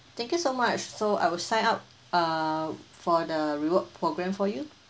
thank you so much so I will sign up uh for the reward program for you